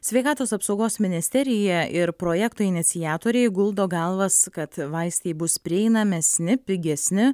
sveikatos apsaugos ministerija ir projekto iniciatoriai guldo galvas kad vaistai bus prieinamesni pigesni